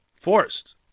Forced